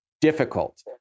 difficult